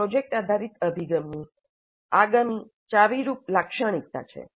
આ પ્રોજેક્ટ આધારિત અભિગમની આગામી ચાવીરૂપ લાક્ષણિકતા છે